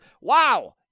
Wow